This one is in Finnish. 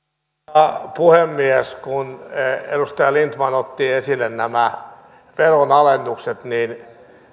arvoisa puhemies kun edustaja lindtman otti esille nämä veronalennukset niin